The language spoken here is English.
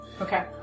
Okay